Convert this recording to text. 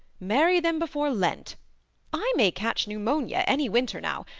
marry them before lent i may catch pneumonia any winter now,